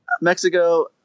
Mexico